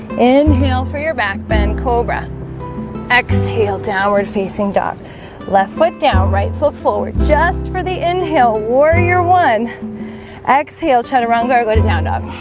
inhale for your backbend cobra exhale downward facing dog left foot down right foot forward just for the inhale warrior one exhale chaturanga or go to down dog